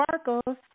sparkles